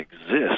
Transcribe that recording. exist